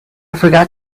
forgot